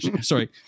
sorry